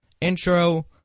intro